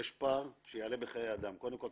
יש פער שיעלה בחיי אדם צריך